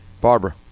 barbara